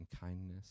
kindness